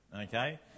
okay